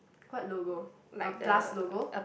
what logo a plus logo